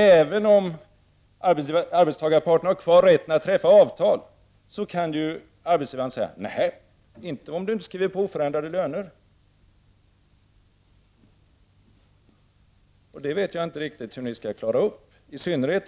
Även om arbetstagarparten i den situationen har rätt att träffa avtal kan arbetsgivaren säga: nej, inte om ni inte skriver under på oförändrade löner. Jag vet inte riktigt hur ni skall klara upp detta. I synnerhet